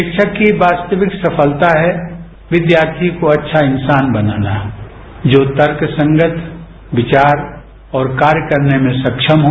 शिक्षक की वास्त्विक सफलता है विद्यार्थी को अच्छार इंसान बनाना जो तर्कसंगत विचार और कार्य करने में सक्षम हो